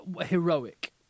heroic